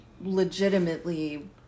legitimately